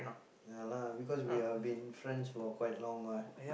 ya lah because we've been friends for quite long what